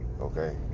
Okay